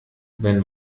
wenn